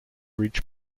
reach